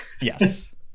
yes